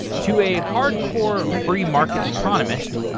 to a hardcore free market economist,